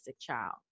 child